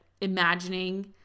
imagining